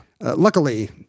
Luckily